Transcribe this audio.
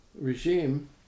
regime